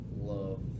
love